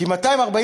כי המס,